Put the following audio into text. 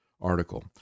article